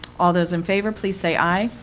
all those in favor, please say aye.